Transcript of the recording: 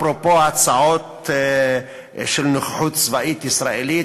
אפרופו הצעות של נוכחות צבאית ישראלית